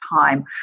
time